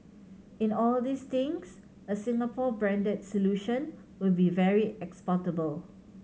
in all these things a Singapore branded solution will be very exportable